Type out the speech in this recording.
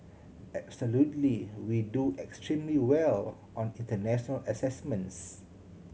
absolutely we do extremely well on international assessments